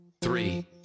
three